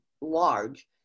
large